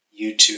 YouTube